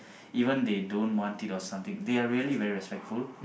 even they don't want it or something they are really very respectful